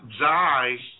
die